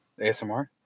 ASMR